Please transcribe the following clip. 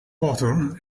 water